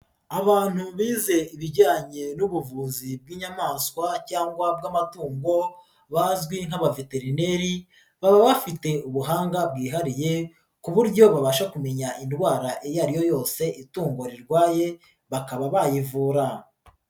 Abantu bize ibijyanye n'ubuvuzi bw'inyamaswa cyangwa bw'amatungo bazwi nk'abaveterineri, baba bafite ubuhanga bwihariye ku buryo babasha kumenya indwara iyo ari yo yose itungo rirwaye bakaba bayivura.